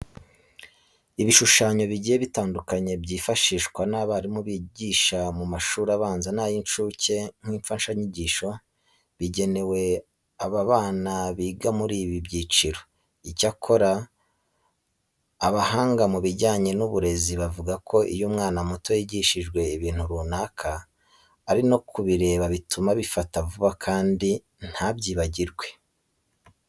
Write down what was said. Ibishushanyo bigiye bitandukanye byifashishwa n'abarimu bigisha mu mashuri abanza n'ay'incuke nk'imfashanyigisho zigenewe aba bana biga muri ibi byiciro. Icyakora abahanga mu bijyanya n'uburezi bavuga ko iyo umwana muto yigishijwe ibintu runaka ari no kubireba bituma abifata vuba kandi ntabyibagirwe.